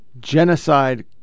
Genocide